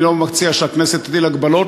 אני לא מציע שהכנסת תטיל הגבלות,